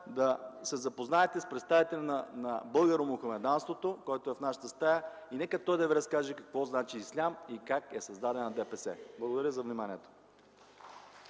да се запознаете с представител на българо-мохамеданството, който е в нашата стая. Нека той да ви разкаже какво значи ислям и как е създадена ДПС. Благодаря за вниманието.